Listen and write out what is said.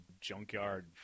junkyard